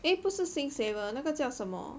eh 不是 SingSaver 那个叫什么